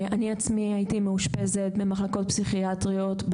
אני עצמי הייתי מאושפזת במחלקות פסיכיאטריות.